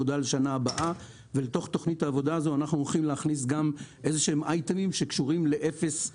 תוכנית עוסקת בעיקר באופניים חשמליים.